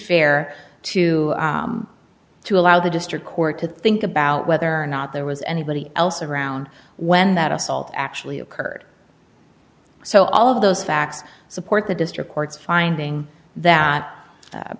fair to to allow the district court to think about whether or not there was anybody else around when that assault actually occurred so all of those facts support the district court's finding that